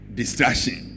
distraction